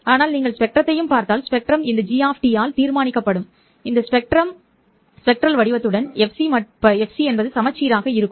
ஆனால் நீங்கள் ஸ்பெக்ட்ரத்தையும் பார்த்தால் இந்த ஸ்பெக்ட்ரம் இந்த g ஆல் தீர்மானிக்கப்படும் இந்த ஸ்பெக்ட்ரல் வடிவத்துடன் fc பற்றி சமச்சீராக இருக்கும்